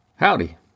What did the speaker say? Howdy